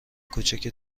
کوچک